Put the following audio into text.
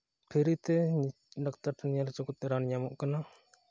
free ᱛᱮ doctor ᱴᱷᱮᱱ ᱧᱮᱞ ᱦᱚᱪᱚ ᱠᱟᱛᱮᱫ ᱨᱟᱱ ᱧᱟᱢᱚᱜ ᱠᱟᱱᱟ